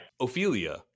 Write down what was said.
Ophelia